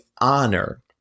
honor